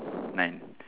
nine